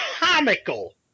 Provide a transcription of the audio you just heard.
comical